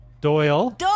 Doyle